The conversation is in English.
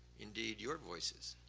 indeed, your voices.